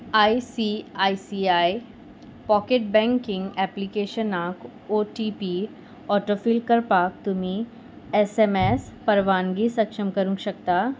I C I C I pocket banking एप्लिकेशनाक O T P autofill करपाक तुमी S M S परवानगी सक्षम करूंक शकता